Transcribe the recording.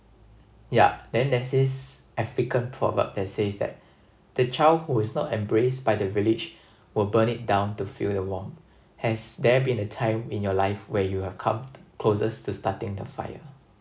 yeah then there's this african proverb that says that the child who is not embraced by the village will burn it down to feel the warmth has there been a time in your life where you have come closest to starting the fire